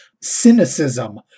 cynicism